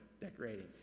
decorating